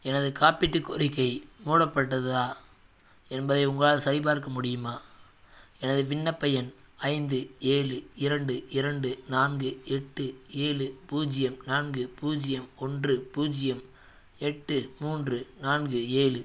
எனது காப்பீட்டுக் கோரிக்கை மூடப்பட்டதா என்பதை உங்களால் சரிபார்க்க முடியுமா எனது விண்ணப்ப எண் ஐந்து ஏழு இரண்டு இரண்டு நான்கு எட்டு ஏழு பூஜ்ஜியம் நான்கு பூஜ்ஜியம் ஒன்று பூஜ்ஜியம் எட்டு மூன்று நான்கு ஏழு